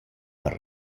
per